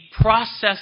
process